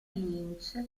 lynch